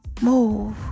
Move